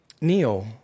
Neil